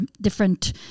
different